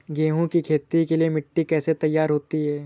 गेहूँ की खेती के लिए मिट्टी कैसे तैयार होती है?